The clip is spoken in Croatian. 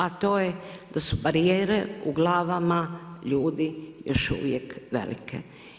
A to je da su barijere u glavama ljudi još uvijek velike.